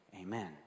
Amen